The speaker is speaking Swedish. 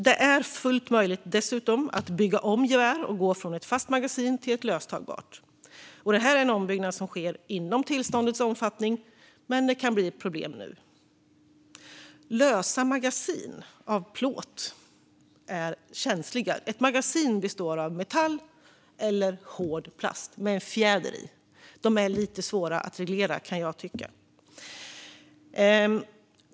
Det är dessutom fullt möjligt att bygga om gevär och gå från ett fast magasin till ett löstagbart. Detta är en ombyggnad som sker inom tillståndets omfattning men som nu kan bli ett problem. Lösa magasin av plåt är känsliga. Ett magasin består av metall eller hård plast med en fjäder i. De är lite svåra att reglera.